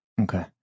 Okay